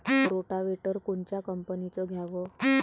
Rotavator कोनच्या कंपनीचं घ्यावं?